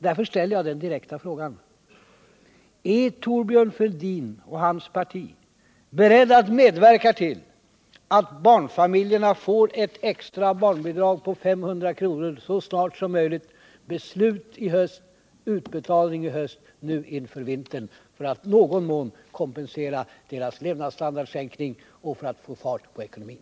Därför ställer jag den direkta frågan: Är Thorbjörn Fälldin och hans parti beredda att medverka till att barnfamiljerna får ett extra bidrag på 500 kr. så snart som möjligt, dvs. beslut i höst och utbetalning i höst, nu inför vintern för att i någon mån kompensera deras levnadsstandardssänkning och för att få fart på ekonomin?